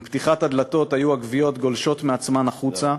עם פתיחת הדלתות היו הגוויות גולשות מעצמן החוצה,